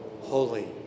holy